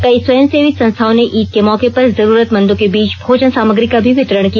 कई स्वयंसेवी संस्थाओं ने ईद के मौके पर जरूरतमंदों के बीच भोजन सामग्री का भी वितरण किया